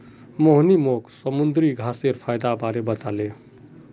मोहिनी मोक समुंदरी घांसेर फयदार बारे बताले